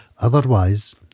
Otherwise